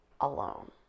alone